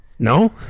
No